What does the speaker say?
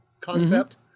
concept